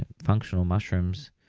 and functional mushrooms,